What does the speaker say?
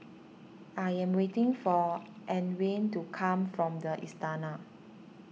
I am waiting for Antwain to come back from the Istana